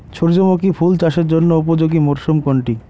সূর্যমুখী ফুল চাষের জন্য উপযোগী মরসুম কোনটি?